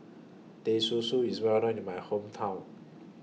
Teh Susu IS Well known in My Hometown